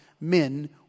men